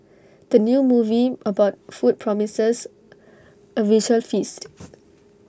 the new movie about food promises A visual feast